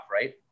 right